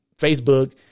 Facebook